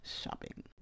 shopping